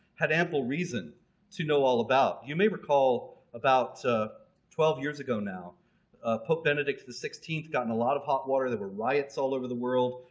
had ample reason to know all about. you may recall about twelve years ago now pope benedict the sixteenth got in a lot of hot water, there were riots all over the world,